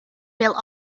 built